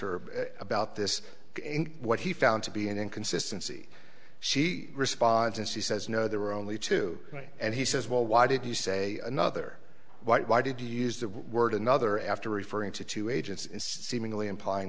her about this what he found to be an inconsistency she responds and she says no there were only two and he says well why did he say another why did he use that word another after referring to two agents seemingly implying